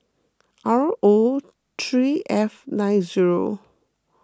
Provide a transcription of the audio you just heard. R O three F nine zero